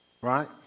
Right